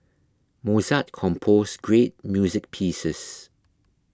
Mozart composed great music pieces